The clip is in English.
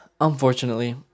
unfortunately